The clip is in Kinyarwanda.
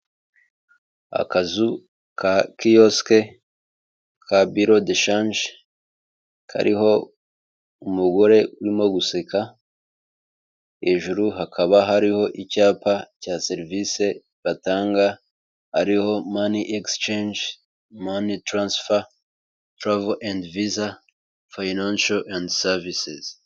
Akazu ka kiyosike ka biro de shanje kariho umugore urimo guseka, hejuru hakaba hariho icyapa cya serivisi batanga ariho mani egisicenje, moni taransifa, taravo andi viza, fayinansho andi savise.